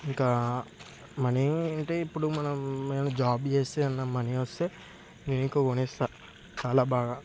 ఇంకా మనీ అంటే ఇప్పుడు మనం ఏమైనా జాబ్ చేస్తే అనా మనీ వస్తే ఇంకా కొనేస్తా చాలా బాగా